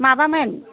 माबामोन